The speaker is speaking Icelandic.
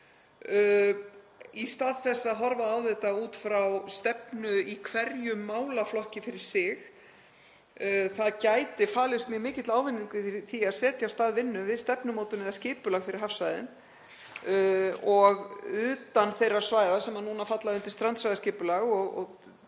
í stað þess að horfa á þetta út frá stefnu í hverjum málaflokki fyrir sig. Það gæti falist mjög mikill ávinningur í því að setja af stað vinnu við stefnumótun eða skipulag fyrir hafsvæðin og utan þeirra svæða sem núna falla undir strandsvæðaskipulag